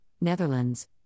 Netherlands